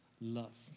love